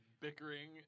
bickering